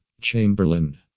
Chamberlain